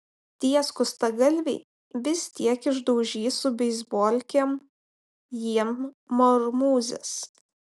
tie skustagalviai vis tiek išdaužys su beisbolkėm jiem marmūzes